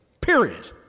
Period